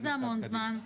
מה זה המון זמן?